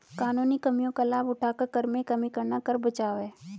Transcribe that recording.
कानूनी कमियों का लाभ उठाकर कर में कमी करना कर बचाव है